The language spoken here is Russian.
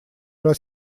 раз